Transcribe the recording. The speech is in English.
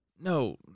No